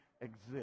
exist